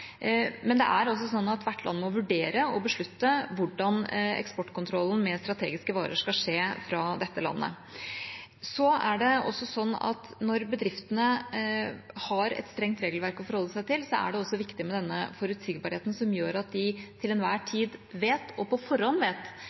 Men det er altså sånn at hvert land må vurdere og beslutte hvordan eksportkontrollen med strategiske varer skal skje fra dette landet. Det er også sånn at når bedriftene har et strengt regelverk å forholde seg til, er det også viktig med denne forutsigbarheten som gjør at de til enhver tid vet – og på forhånd vet